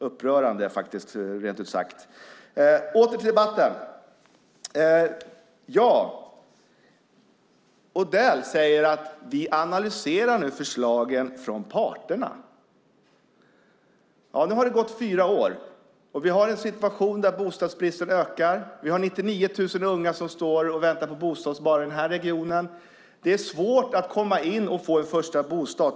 Jag ska inte kommentera det mer. Åter till debatten! Odell säger att man analyserar förslagen från parterna. Nu har det gått fyra år, och vi har en situation där bostadsbristen ökar. Vi har 99 000 unga som står och väntar på bostad bara i den här regionen. Det är svårt att komma in och få en första bostad.